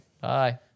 Bye